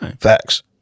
Facts